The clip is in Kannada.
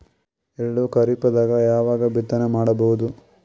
ಎಳ್ಳು ಖರೀಪದಾಗ ಯಾವಗ ಬಿತ್ತನೆ ಮಾಡಬಹುದು?